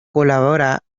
colabora